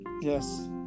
Yes